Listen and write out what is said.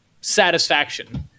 satisfaction